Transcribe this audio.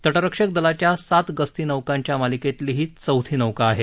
तटरक्षक दलाच्या सात गस्ती नौकांच्या मालिकेतली ही चौथी नौका आहे